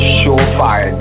surefire